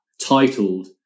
titled